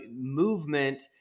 movement